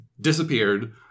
disappeared